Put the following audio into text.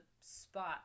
spot